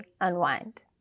Unwind